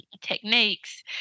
techniques